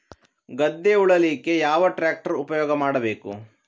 ಗದ್ದೆ ಉಳಲಿಕ್ಕೆ ಯಾವ ಟ್ರ್ಯಾಕ್ಟರ್ ಉಪಯೋಗ ಮಾಡಬೇಕು?